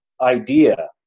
idea